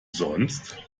sonst